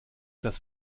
das